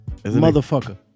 motherfucker